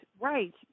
Right